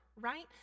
right